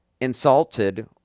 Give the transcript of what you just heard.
insulted